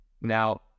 Now